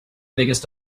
biggest